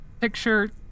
picture